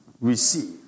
receive